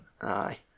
Aye